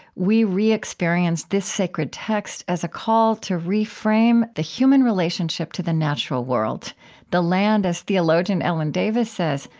we re-experience this sacred text as a call to reframe the human relationship to the natural world the land, as theologian ellen davis says,